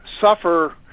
suffer